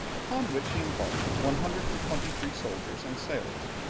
upon which he embarked one hundred and twenty-three soldiers and sailors.